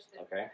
Okay